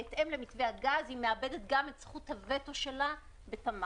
בהתאם למתווה הגז היא מאבדת גם את זכות הווטו שלה בתמר.